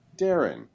Darren